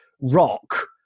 rock